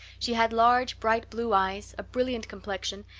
she had large, bright-blue eyes, a brilliant complexion,